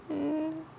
mm